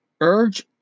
Urge